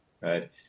right